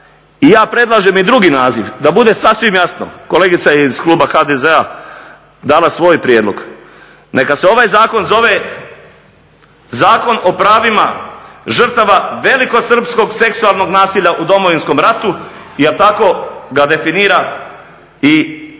ja predlažem i drugi naziv da bude sasvim jasno. Kolegica je iz kluba HDZ-a dala svoj prijedlog. Neka se ovaj zakon zove zakon o pravima žrtava velikosrpskog seksualnog nasilja u Domovinskom ratu jer tako ga definira i